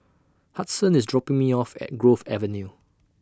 Hudson IS dropping Me off At Grove Avenue